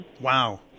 Wow